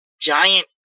giant